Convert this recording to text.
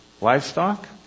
livestock